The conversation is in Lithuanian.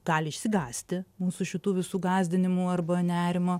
gali išsigąsti mūsų šitų visų gąsdinimų arba nerimo